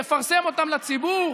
יפרסם אותן לציבור.